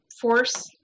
force